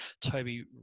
Toby